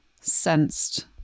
sensed